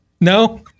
No